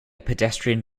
pedestrian